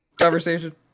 Conversation